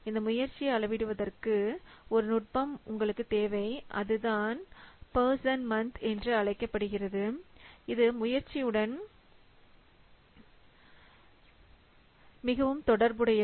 இந்த முயற்சியை அளவிடுவதற்கு இந்த முயற்சி அளவிடுவதற்கு ஒரு நுட்பம் உங்களுக்கு தேவை அதுதான் பர்ஸன் மந்த் என்று அழைக்கப்படுகிறது இது முயற்சியுடன் மிகவும் தொடர்புடையது